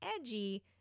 edgy